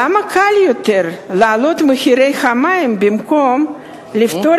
למה קל יותר להעלות את מחירי המים במקום לפתור